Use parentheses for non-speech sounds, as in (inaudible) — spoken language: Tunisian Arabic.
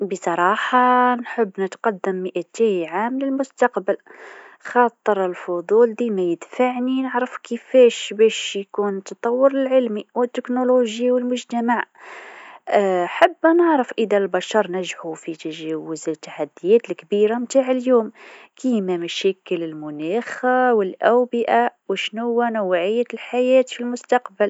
بصراحه (hesitation) نحب نتقدم مائتي عام للمستقبل خاطر الفضول ديما يدفعني نعرف كيفاش باش يكون التطور العلمي والتكنولوجي والمجتمع (hesitation) حابه نعرف إذا البشر نجحو في تجاوز التحديات الكبيره متاع اليوم كيما مشاكل المناخ (hesitation) والأوبئة وشنوا نوعية الحياة في المستقبل.